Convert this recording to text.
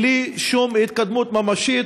בלי שום התקדמות ממשית.